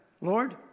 Lord